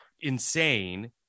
insane